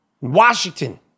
Washington